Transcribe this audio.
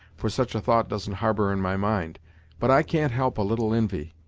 for such a thought doesn't harbor in my mind but i can't help a little invy!